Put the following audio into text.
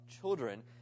children